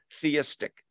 theistic